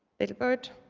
little bird.